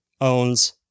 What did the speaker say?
owns